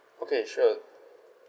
okay sure